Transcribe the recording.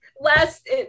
Last